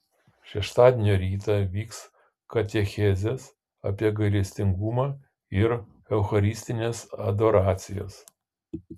šeštadienio rytą vyks katechezės apie gailestingumą ir eucharistinės adoracijos